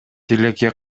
тилекке